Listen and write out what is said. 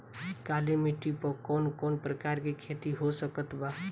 काली मिट्टी पर कौन कौन प्रकार के खेती हो सकत बा?